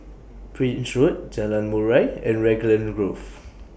Prince Road Jalan Murai and Raglan Grove